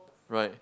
right